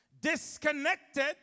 disconnected